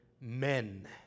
men